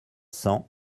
cents